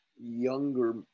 younger